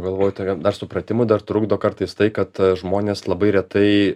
galvoj tokia dar supratimui dar trukdo kartais tai kad žmonės labai retai